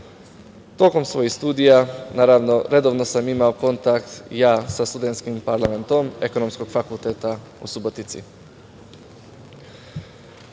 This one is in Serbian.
Tokom svojih studija, naravno, redovno sam imao kontakt sa studentskim parlamentom Ekonomskog fakulteta u Subotici.U